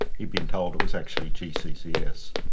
he'd been told it was actually gccs.